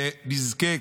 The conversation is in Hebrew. ונזכה,